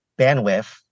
bandwidth